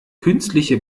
künstliche